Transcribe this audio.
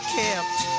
kept